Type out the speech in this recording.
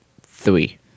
Three